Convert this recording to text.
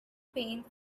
paint